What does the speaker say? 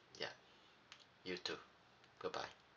yup you too goodbye